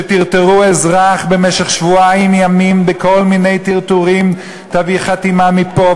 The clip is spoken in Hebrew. שטרטרו אזרח במשך שבועיים ימים בכל מיני טרטורים: תביא חתימה מפה,